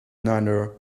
niner